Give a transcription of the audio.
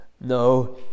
No